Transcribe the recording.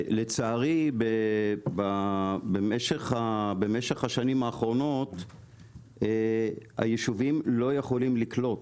לצערי במשך השנים האחרונות היישובים לא יכולים לקלוט